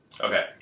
Okay